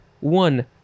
One